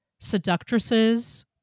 seductresses